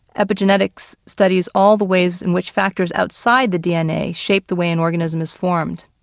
epigenetics studies all the ways in which factors outside the dna shape the way an organism is formed,